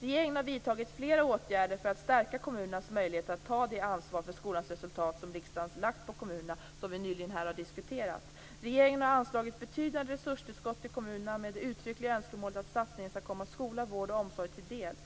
Regeringen har vidtagit flera åtgärder för att stärka kommunernas möjligheter att ta det ansvar för skolans resultat som riksdagen lagt på kommunerna och som vi nyligen här har diskuterat. Regeringen har anslagit betydande resurstillskott till kommunerna med det uttryckliga önskemålet att satsningen skall komma skola, vård och omsorg till del.